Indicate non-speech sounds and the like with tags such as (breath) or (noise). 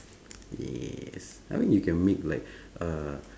yes I mean you can make like (breath) uh